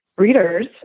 Readers